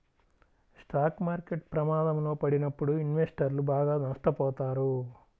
stock market ప్రమాదంలో పడినప్పుడు ఇన్వెస్టర్లు బాగా నష్టపోతారు